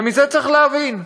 ומזה צריך להבין,